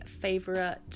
favorite